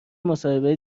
مصاحبه